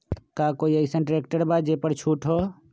का कोइ अईसन ट्रैक्टर बा जे पर छूट हो?